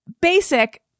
basic